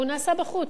הוא נעשה בחוץ.